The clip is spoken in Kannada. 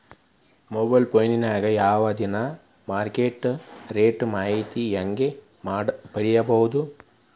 ಮೊಬೈಲ್ ಫೋನ್ಯಾಗ ನಾವ್ ದಿನಾ ಮಾರುಕಟ್ಟೆ ರೇಟ್ ಮಾಹಿತಿನ ಹೆಂಗ್ ಪಡಿಬೋದು?